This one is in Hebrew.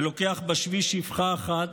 ולוקח בשבי שפחה אחת,